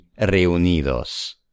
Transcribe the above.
reunidos